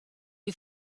you